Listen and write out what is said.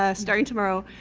ah starting tomorrow,